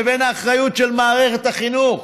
לבין האחריות של מערכת החינוך.